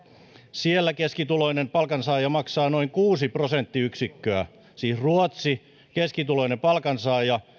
siellä keskituloinen palkansaaja maksaa noin kuusi prosenttiyksikköä siis ruotsissa keskituloinen palkansaaja